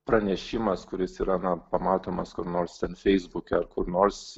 pranešimas kuris yra na pamatomas kur nors ten feisbuke ar kur nors